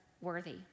worthy